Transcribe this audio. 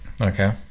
Okay